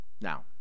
Now